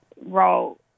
role